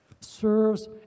serves